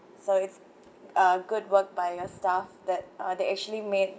so it's a good work by your staff that uh they actually made